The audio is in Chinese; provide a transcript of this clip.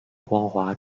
光滑